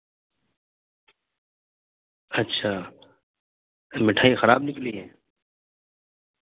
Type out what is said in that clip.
اچھا مٹھائی خراب نکلی ہیں